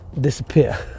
disappear